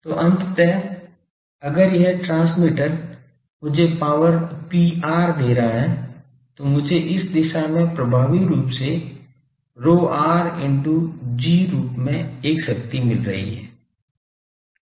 तो अंततः अगर यह ट्रांसमीटर मुझे पावर Pr दे रहा है तो मुझे इस दिशा में प्रभावी रूप से Pr into G रूप में एक शक्ति मिल रही है